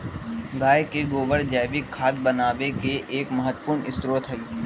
गाय के गोबर जैविक खाद बनावे के एक महत्वपूर्ण स्रोत हई